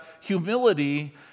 humility